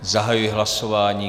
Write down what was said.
Zahajuji hlasování.